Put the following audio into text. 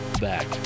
back